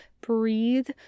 Breathe